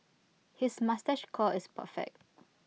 his moustache curl is perfect